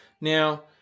now